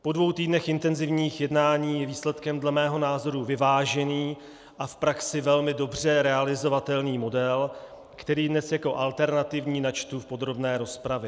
Po dvou týdnech intenzivních jednání je výsledkem dle mého názoru vyvážený a v praxi velmi dobře realizovatelný model, který dnes jako alternativní načtu v podrobné rozpravě.